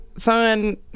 Son